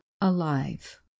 alive